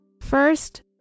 First